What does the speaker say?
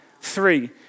Three